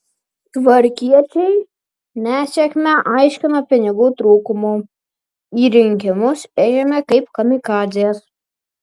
tvarkiečiai nesėkmę aiškino pinigų trūkumu į rinkimus ėjome kaip kamikadzės